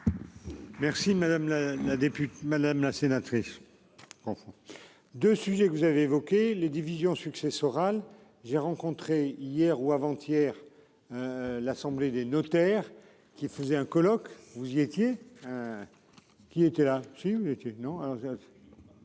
Merci madame la la députée, madame la sénatrice. De sujets que vous avez évoqué les divisions successoral. J'ai rencontré hier ou avant-hier. L'assemblée des notaires qui faisait un colloque. Vous y étiez. Qui était là si vous étiez non